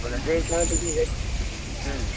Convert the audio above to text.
ବୋଲେ ସେଇ ହିସାବରେ ଟିକେ ରେଟ୍ ହଁ